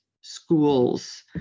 schools